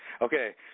Okay